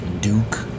Duke